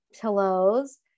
pillows